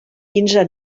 quinze